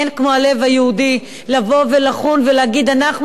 אין כמו הלב היהודי לבוא ולחון ולהגיד: אנחנו